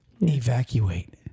Evacuate